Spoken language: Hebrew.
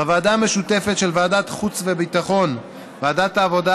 בוועדה המשותפת של ועדת החוץ והביטחון וועדת העבודה,